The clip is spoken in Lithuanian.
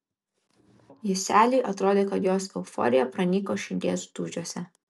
juseliui atrodė kad jos euforija pranyko širdies dūžiuose